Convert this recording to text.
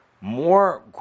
more